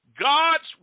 God's